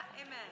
Amen